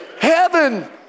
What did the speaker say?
heaven